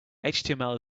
html